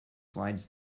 slides